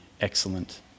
excellent